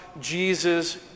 Jesus